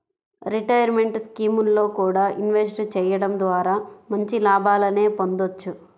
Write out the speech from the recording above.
retirement స్కీముల్లో కూడా invest చెయ్యడం ద్వారా మంచి లాభాలనే పొందొచ్చు